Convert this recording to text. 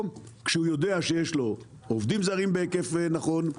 כשהוא יודע שיש לו עובדים זרים בהיקף נכון.